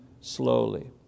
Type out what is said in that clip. slowly